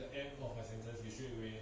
as long as you